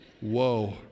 whoa